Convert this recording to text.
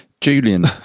julian